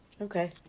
Okay